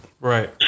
Right